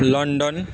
London